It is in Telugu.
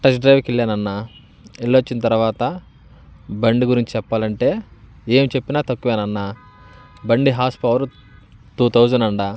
టెస్ట్ డ్రైవ్కు వెళ్ళానన్నా వెళ్లి వచ్చిన తర్వాత బండి గురించి చెప్పాలంటే ఏం చెప్పినా తక్కువేనన్నా బండి హార్స్ పవర్ టూ థౌజండ్ అంటా